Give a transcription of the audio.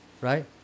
right